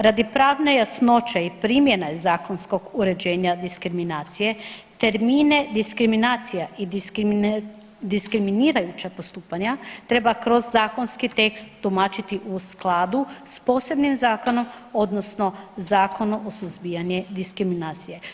Radi pravne jasnoće i primjene zakonskog uređenja diskriminacije termine diskriminacija i diskriminirajuća postupanja treba kroz zakonski tekst tumačiti u skladu s posebnim zakonom odnosno Zakon o suzbijanju diskriminacije.